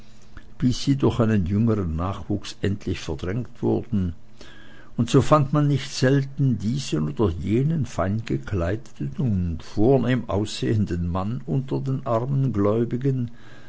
bis sie durch einen jüngern nachwuchs endlich verdrängt wurden und so fand man nicht selten diesen oder jenen feingekleideten und vornehm aussehenden mann unter den armen gläubigen